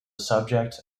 subject